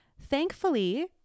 Thankfully